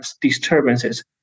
disturbances